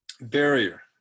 barrier